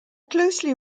closely